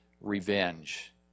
revenge